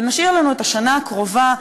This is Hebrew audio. ונשאיר לנו את השנה הקרובה,